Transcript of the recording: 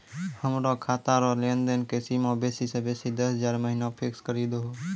हमरो खाता रो लेनदेन के सीमा बेसी से बेसी दस हजार महिना फिक्स करि दहो